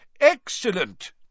Excellent